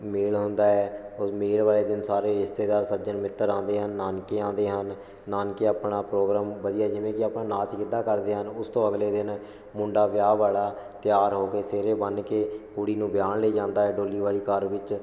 ਮੇਲ ਹੁੰਦਾ ਹੈ ਮੇਲ ਵਾਲੇ ਦਿਨ ਸਾਰੇ ਰਿਸ਼ਤੇਦਾਰ ਸੱਜਣ ਮਿੱਤਰ ਆਉਂਦੇ ਹਨ ਨਾਨਕੇ ਆਉਂਦੇ ਹਨ ਨਾਨਕੇ ਆਪਣਾ ਪ੍ਰੋਗਰਾਮ ਵਧੀਆ ਜਿਵੇਂ ਕਿ ਆਪਣਾ ਨਾਚ ਗਿੱਧਾ ਕਰਦੇ ਹਨ ਉਸਤੋਂ ਅਗਲੇ ਦਿਨ ਮੁੰਡਾ ਵਿਆਹ ਵਾਲਾ ਤਿਆਰ ਹੋ ਕੇ ਸਿਹਰੇ ਬੰਨ ਕੇ ਕੁੜੀ ਨੂੰ ਵਿਆਹੁਣ ਲਈ ਜਾਂਦਾ ਹੈ ਡੋਲੀ ਵਾਲੀ ਕਾਰ ਵਿੱਚ